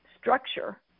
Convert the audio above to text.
structure